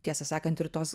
tiesą sakant ir tos